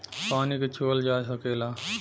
पानी के छूअल जा सकेला